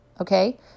okay